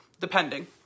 depending